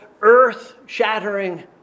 earth-shattering